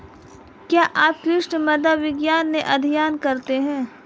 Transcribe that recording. क्या आप कृषि मृदा विज्ञान का अध्ययन करते हैं?